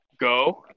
Go